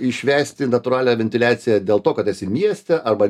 išvesti natūralią ventiliaciją dėl to kad esi mieste arba